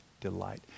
delight